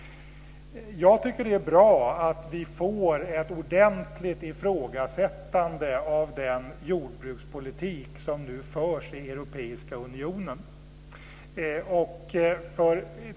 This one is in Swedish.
Jag tycker att det är bra att vi får ett ordentligt ifrågasättande av den jordbrukspolitik som nu förs i Europeiska unionen.